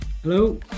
Hello